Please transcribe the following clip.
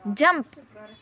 jump